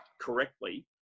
correctly